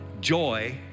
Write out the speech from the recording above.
joy